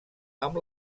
amb